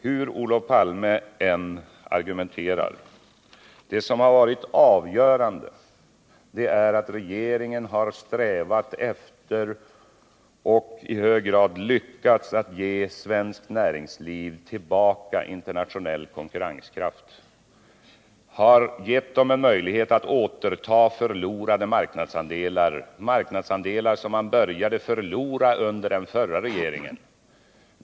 Hur Olof Palme än argumenterar har det avgörande varit att regeringen har strävat efter, och i hög grad lyckats, att ge svenskt näringsliv tillbaka internationell konkurrenskraft. Regeringen har gett företagen en möjlighet att återta förlorade marknadsandelar, marknadsandelar som man började förlora under regeringen Palmes tid.